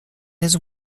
his